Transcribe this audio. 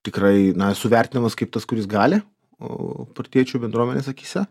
tikrai na esu vertinamas kaip tas kuris gali o partiečių bendruomenės akyse